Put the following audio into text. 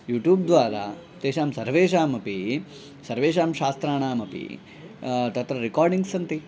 यूट्यूब्द्वारा तेषां सर्वेषाम् अपि सर्वेषां शास्त्राणाम् अपि तत्र रेकार्डिङ्ग् सन्ति